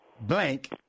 blank